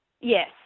Yes